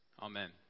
Amen